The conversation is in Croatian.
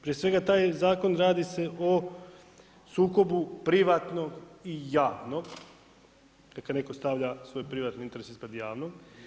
Prije svega, taj Zakon radi se o sukobu privatnog i javnog, kad netko stavlja svoj privatni interes ispred javnog.